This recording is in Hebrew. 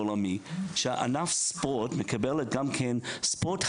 שעיריית הרצליה קיבלו גם את הרעיון,